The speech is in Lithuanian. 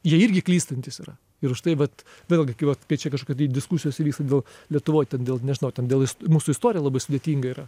jie irgi klystantis yra ir užtai vat vėlgi kai vat kai čia kažkokia tai diskusijos įvyksta dėl lietuvoj ten dėl nežinau ten dėl is mūsų istorija labai sudėtinga yra